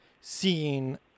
seeing